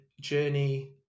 journey